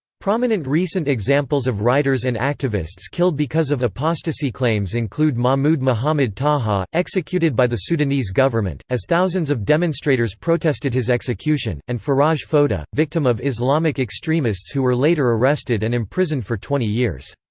prominent recent examples of writers and activists killed because of apostasy claims include mahmoud mohammed taha, executed by the sudanese government, as thousands of demonstrators protested his execution, and faraj foda, victim of islamic extremists who were later arrested and imprisoned for twenty years.